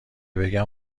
بگم